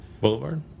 boulevard